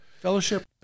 fellowship